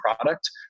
product